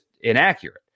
inaccurate